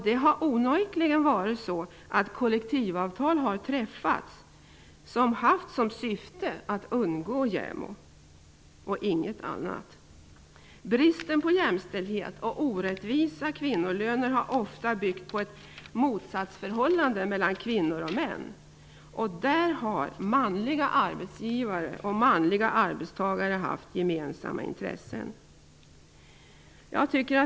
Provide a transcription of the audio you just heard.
Det har onekligen varit så att kollektivavtal har träffats som haft som enda syfte att undgå JämO. Bristen på jämställdhet samt de orättvisa kvinnolönerna har ofta byggt på ett motsatsförhållande mellan kvinnor och män. Där har manliga arbetsgivare och manliga arbetstagare haft gemensamma intressen.